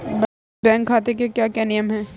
बचत बैंक खाते के क्या क्या नियम हैं?